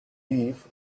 leave